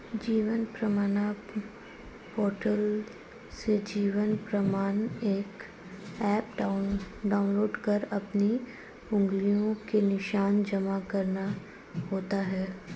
जीवन प्रमाण पोर्टल से Jeevan Pramaan app download कर अपनी उंगलियों के निशान जमा करना होता है